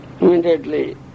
Immediately